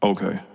Okay